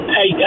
Hey